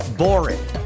boring